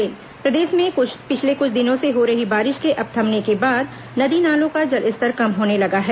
बारिश प्रदेश में पिछले कुछ दिनों से हो रही बारिश के अब थमने के बाद नदी नालों का जलस्तर कम होने लगा है